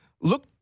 Look